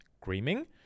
grooming